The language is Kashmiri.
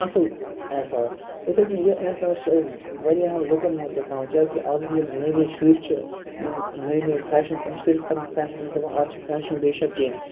اَصل احساس اِتھےکٔنۍ یہِ احساس چھُ اَسہِ واریَہَن لُکَن مَنٛز تہِ تراوُن آز یِم نٔے نٔے شُرۍ چھِ یِم نٔے نٔے فیشَن تِم چھِ صرف کَران فیشَن تِم چھِ دَپان آز چھَ فیشَن بیٚیہِ چھ کینٛہہ